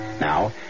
Now